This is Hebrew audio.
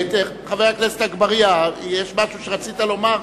חבר הכנסת אגבאריה, יש משהו שרצית לומר?